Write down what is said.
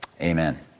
Amen